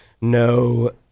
no